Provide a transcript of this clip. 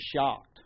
shocked